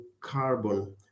carbon